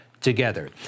together